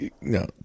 no